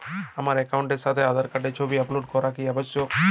আমার অ্যাকাউন্টের সাথে আধার কার্ডের ছবি আপলোড করা কি আবশ্যিক?